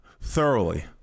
thoroughly